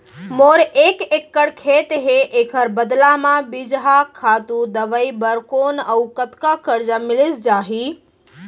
मोर एक एक्कड़ खेत हे, एखर बदला म बीजहा, खातू, दवई बर कोन अऊ कतका करजा मिलिस जाही?